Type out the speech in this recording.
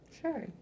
Sure